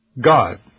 God